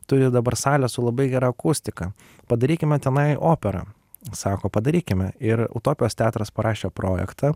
turi dabar salę su labai gera akustika padarykime tenai operą sako padarykime ir utopijos teatras parašė projektą